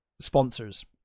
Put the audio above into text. sponsors